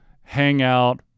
hangout